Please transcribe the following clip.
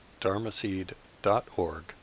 dharmaseed.org